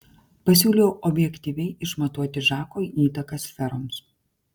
pasiūlau objektyviai išmatuoti žako įtaką sferoms